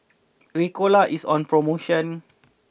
Ricola is on promotion